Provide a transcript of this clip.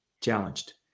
challenged